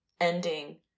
ending